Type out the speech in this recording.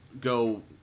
go